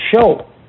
show